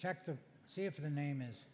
checked to see if the name is